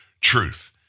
truth